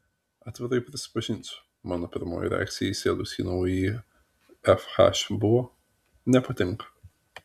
atvirai prisipažinsiu mano pirmoji reakcija įsėdus į naująjį fh buvo nepatinka